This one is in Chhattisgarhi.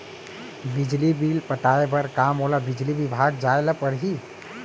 बिजली बिल पटाय बर का मोला बिजली विभाग जाय ल परही?